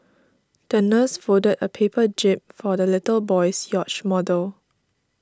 the nurse folded a paper jib for the little boy's yacht model